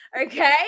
Okay